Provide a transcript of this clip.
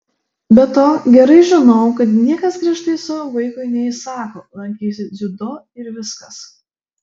be to gerai žinau kad niekas griežtai savo vaikui neįsako lankysi dziudo ir viskas